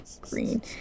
green